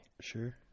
Sure